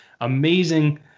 amazing